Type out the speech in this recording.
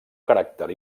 caràcter